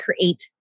create